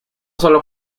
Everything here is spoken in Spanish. solo